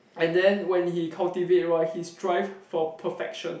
and then when he cultivate right he's trying for perfection